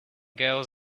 girls